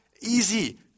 Easy